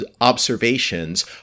observations